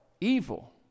evil